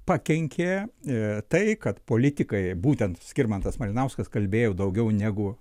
pakenkė a tai kad politikai būtent skirmantas malinauskas kalbėjo daugiau negu